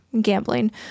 gambling